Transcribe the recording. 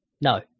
No